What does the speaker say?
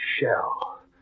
shell